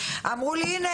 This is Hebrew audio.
אמרו לי הנה,